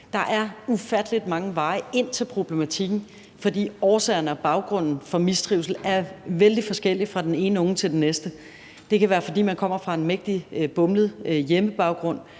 Der er ufattelig mange veje ind til problematikken, fordi årsagerne til og baggrunden for mistrivsel er vældig forskellige fra den ene unge til den næste. Det kan være, fordi man kommer fra en mægtig bumlet hjemmebaggrund;